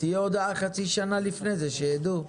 תהיה הודעה חצי שנה לפני זה שיידעו.